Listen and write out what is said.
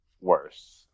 worse